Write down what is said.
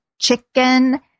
chicken